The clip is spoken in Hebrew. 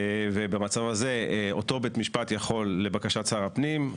ובמצב הזה אותו בית משפט יכול לבקשת שר הפנים,